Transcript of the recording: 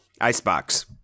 Icebox